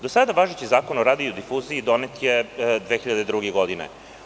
Da sada važeći Zakon o radio-difuziji donet je 2002. godine.